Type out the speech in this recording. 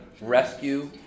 rescue